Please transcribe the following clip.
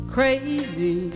Crazy